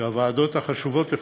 שהוועדות החשובות לפחות,